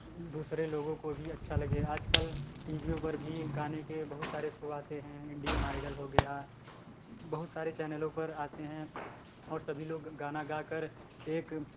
दूसरे लोगों को भी अच्छा लगे आज कल टीवीयों पर भी गाने के बहुत सारे शो आते हैं इंडियन आइडल हो गया बहुत सारे चैनलों पर आते हैं और सभी लोग गाना गाकर एक